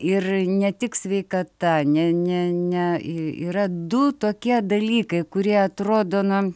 ir ne tik sveikata ne ne ne į yra du tokie dalykai kurie atrodo na